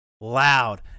loud